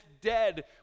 dead